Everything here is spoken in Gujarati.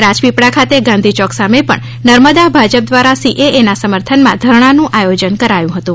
રાજપીપળા ખાતે ગાંધીચોક સામે પણ નર્મદા ભાજપ દ્વારા સીએએના સમર્થનમાં ધરણાનું આયોજન કરાયુ હતુ